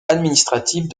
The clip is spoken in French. administrative